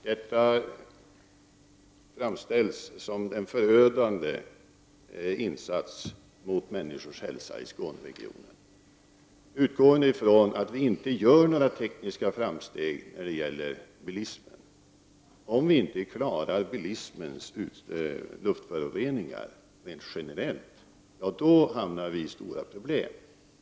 Detta framställs som en förödande insats mot människors hälsa i Skåneregionen. Utgående från att vi inte gör några tekniska framsteg alls när det gäller bilismen — om vi alltså inte löser problemen med bilismens luftföroreningar rent generellt — hamnar vi i stora problem.